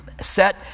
set